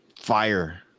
fire